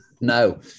No